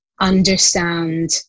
understand